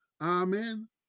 Amen